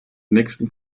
nächsten